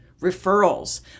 referrals